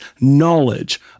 knowledge